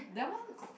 that one